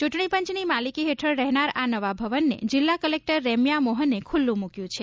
ચ્રંટણીપંચની માલિકી હેઠળ રહેનાર આ નવા ભવનને જિલ્લા કલેક્ટર રેમ્યા મોહને ખૂલ્લું મૂક્યું છે